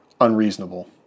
unreasonable